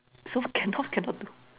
so cannot cannot do